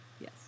Yes